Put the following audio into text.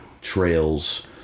trails